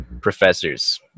professors